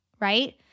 right